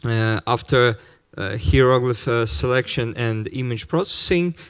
yeah after hieroglyph selection and image processing,